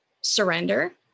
surrender